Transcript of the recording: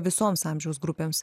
visoms amžiaus grupėms